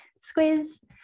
squeeze